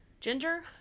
Ginger